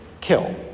kill